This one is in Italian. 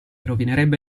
rovinerebbe